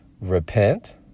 Repent